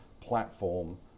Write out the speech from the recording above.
platform